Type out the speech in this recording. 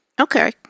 Okay